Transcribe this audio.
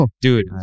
Dude